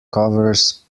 covers